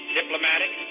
diplomatic